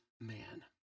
man